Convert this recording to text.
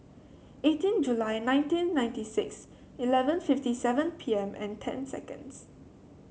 eighteen July nineteen ninety six eleven fifty seven P M and ten seconds